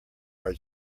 are